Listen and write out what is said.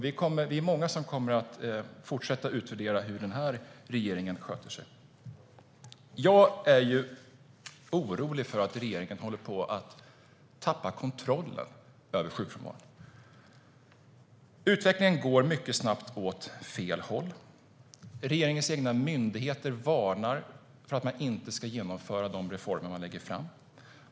Vi är många som kommer att fortsätta utvärdera hur den här regeringen sköter sig. Jag är orolig för att regeringen håller på att tappa kontrollen över sjukfrånvaron. Utvecklingen går mycket snabbt åt fel håll. Regeringens egna myndigheter varnar för att genomföra de reformer regeringen lägger fram.